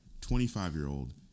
25-Year-Old